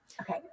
Okay